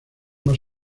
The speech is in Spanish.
más